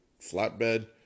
flatbed